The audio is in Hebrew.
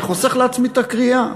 אני חוסך לעצמי את הקריאה.